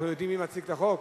אנחנו יודעים מי מציג את החוק?